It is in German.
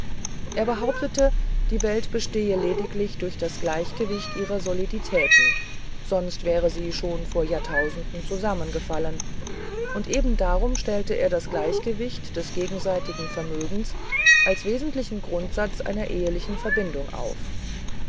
er behauptete die welt bestehe lediglich durch das gleichgewicht ihrer soliditäten sonst wäre sie schon vor jahrtausenden zusammengefallen und eben darum stellte er das gleichgewicht des gegenseitigen vermögens als wesentlichen grundsatz einer ehelichen verbindung auf